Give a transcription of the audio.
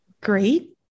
great